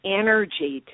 energy